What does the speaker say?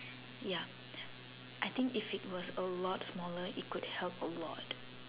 yep I think if it was a lot smaller it could help a lot